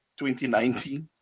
2019